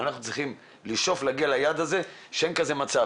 אנחנו צריכים לשאוף להגיע ליעד הזה שאין כזה מצב